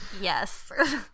Yes